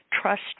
trust